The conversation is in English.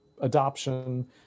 adoption